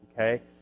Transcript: okay